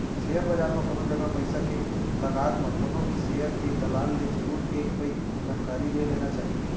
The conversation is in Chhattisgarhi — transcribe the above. सेयर बजार म कोनो जगा पइसा के लगात म कोनो भी सेयर के दलाल ले जरुर एक पइत जानकारी ले लेना चाही